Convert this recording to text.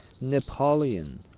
Napoleon